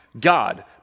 God